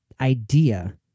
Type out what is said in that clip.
idea